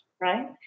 right